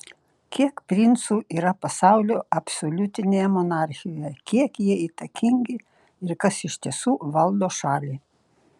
kiek princų yra pasaulio absoliutinėje monarchijoje kiek jie įtakingi ir kas iš tiesų valdo šalį